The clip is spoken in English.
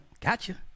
Gotcha